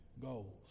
goals